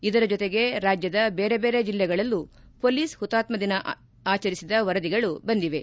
ಇದರ ಜೊತೆಗೆ ರಾಜ್ಜದ ಬೇರೆ ಬೇರೆ ಜಿಲ್ಲೆಗಳಲ್ಲೂ ಮೊಲೀಸ್ ಹುತಾತ್ನ ದಿನ ಆಚರಿಸಿದ ವರದಿಗಳು ಬಂದಿವೆ